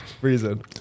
reason